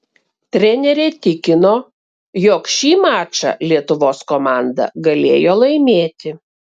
trenerė tikino jog šį mačą lietuvos komanda galėjo laimėti